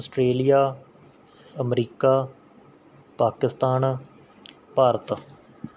Australia America Pakistan Bharat